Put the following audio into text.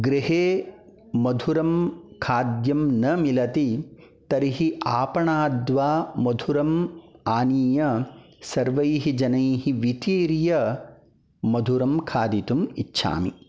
गृहे मधुरं खाद्यं न मिलति तर्हि आपाणाद्वा मधुरम् आनीय सर्वैः जनैः वितीर्य मधुरं खादितुम् इच्छामि